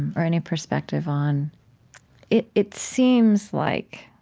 or any perspective on it it seems like